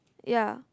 yeah